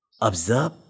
Observe